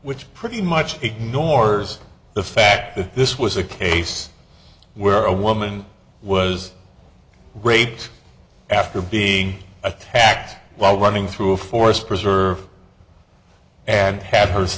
which pretty much ignores the fact that this was a case where a woman was raped after being attacked while running through a forest preserve and had her